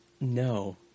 No